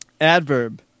Adverb